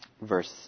verse